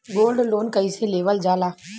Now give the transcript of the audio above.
Gold loan कईसे लेवल जा ला?